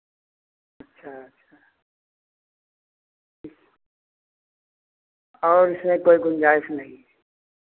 अच्छा अच्छा ठीक और इसमें कोई गुंजाइश नहीं है